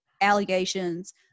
allegations